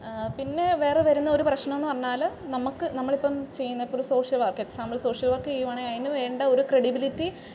പിന്നെ വേറെ വരുന്ന ഒരു പ്രശ്നം എന്ന് പറഞ്ഞാൽ നമുക്ക് നമ്മൾ ഇപ്പോൾ ചെയ്യുന്നത് ഇപ്പം ഒരു social work example social work ചെയ്യുവാണെങ്കിൽ അതിനു വേണ്ട ഒരു ക്രെഡിബിലിറ്റി